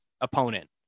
opponent